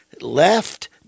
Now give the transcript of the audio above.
left